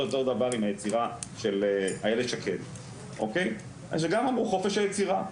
יותר אותו דבר על היצירה של איילת שקד וזה גם אמרו חופש היצירה,